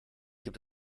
gibt